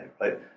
right